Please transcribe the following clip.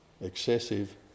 excessive